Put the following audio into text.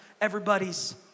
Everybody's